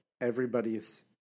everybody's